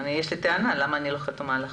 יש לי טענה, למה אני לא חתומה על החוק.